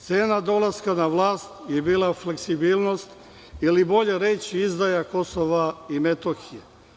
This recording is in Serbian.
Cena dolaska na vlast je bila fleksibilnost ili, bolje reći, izdaja Kosova i Metohije.